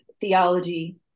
theology